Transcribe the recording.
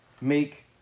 make